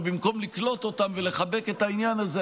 ובמקום לקלוט אותם ולחבק את העניין הזה,